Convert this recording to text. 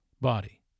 body